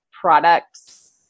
products